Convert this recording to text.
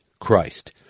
Christ